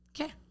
Okay